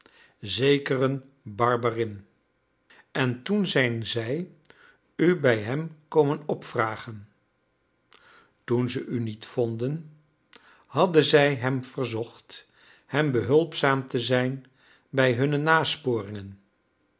zekeren barberin en toen zijn zij u bij hem komen opvragen toen ze u niet vonden hadden zij hem verzocht hem behulpzaam te zijn bij hunne